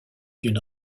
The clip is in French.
d’une